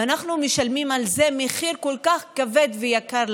ואנחנו משלמים על זה מחיר כל כך כבד ויקר.